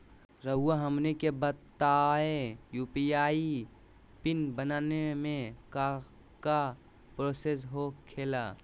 रहुआ हमनी के बताएं यू.पी.आई पिन बनाने में काका प्रोसेस हो खेला?